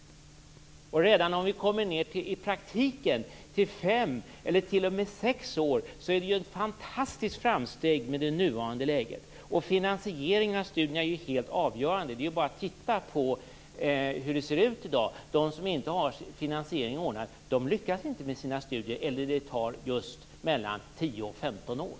Redan om vi kommer ned till i praktiken fem eller t.o.m. sex år, är det ju ett fantastiskt framsteg med tanke på det nuvarande läget. Finansieringen av studierna är ju helt avgörande. Det är bara att titta på hur det ser ut i dag. De som inte har finansieringen ordnad lyckas inte med sina studier - eller också tar det just mellan tio och femton år.